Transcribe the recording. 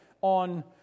on